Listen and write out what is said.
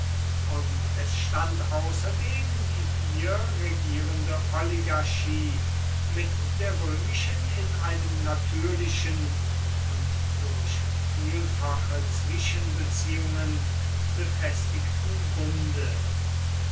und es stand außerdem die hier regierende oligarchie mit der römischen in einem natürlichen und durch vielfache zwischenbeziehungen befestigten bunde